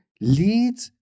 leads